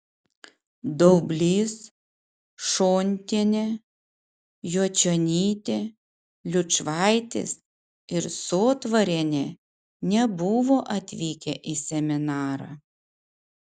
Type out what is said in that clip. daublys šontienė juočionytė liučvaitis ir sotvarienė nebuvo atvykę į seminarą